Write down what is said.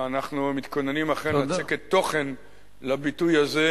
ואנחנו מתכוננים אכן לצקת תוכן לביטוי הזה,